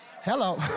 Hello